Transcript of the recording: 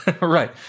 Right